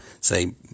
say